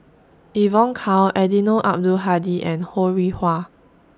Evon Kow Eddino Abdul Hadi and Ho Rih Hwa